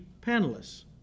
panelists